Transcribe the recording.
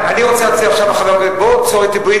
אני רוצה להציע עכשיו לחבר הכנסת: בוא וצור אתי ברית,